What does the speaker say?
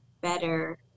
better